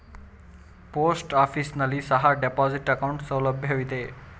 post office ನಲ್ಲಿ ಸಹ deposit account ಸೌಲಭ್ಯವಿದೆ